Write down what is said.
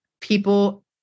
people